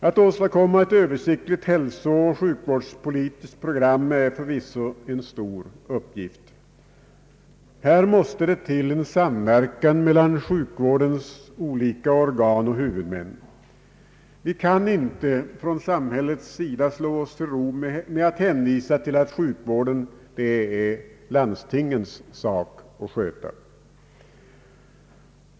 Att åstadkomma ett översiktligt hälsooch sjukvårdspolitiskt program är förvisso en stor uppgift. Här krävs en samverkan mellan sjukvårdens olika organ och huvudmän. Vi kan från samhällets sida inte slå oss till ro med att hänvisa till att sjukvården är landstingens sak.